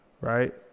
right